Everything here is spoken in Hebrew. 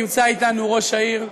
נמצא אתנו ראש העיר,